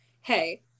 hey